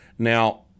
Now